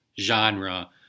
genre